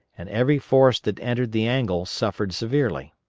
and every force that entered the angle suffered severely.